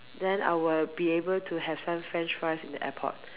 then I will be able to have some French fries in the airport